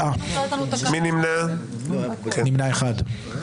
הצבעה בעד, 3 נגד, 9 נמנעים, 1 לא אושרה.